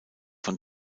von